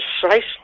precisely